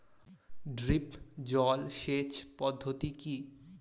Drip জল সেচ পদ্ধতি কি?